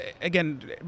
again